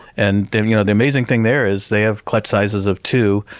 and then, you know, the amazing thing there is they have clutch sizes of two,